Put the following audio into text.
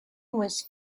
was